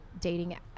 dating